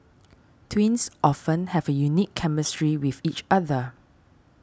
twins often have a unique chemistry with each other